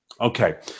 Okay